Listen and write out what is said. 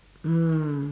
mm